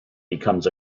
becomes